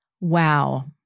Wow